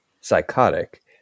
psychotic